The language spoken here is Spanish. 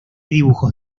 dibujos